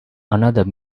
another